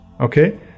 okay